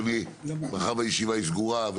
מאחר והישיבה היא סגורה,